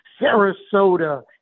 Sarasota